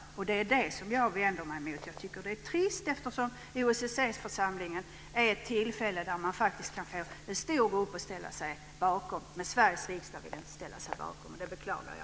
Det är det som jag vänder mig emot. Jag tycker att detta är trist, eftersom OSSE-församlingens möten är tillfällen då man kan få en stor grupp att ställa sig bakom något. Men Sveriges riksdag vill inte ställa sig bakom detta, och det beklagar jag.